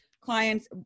clients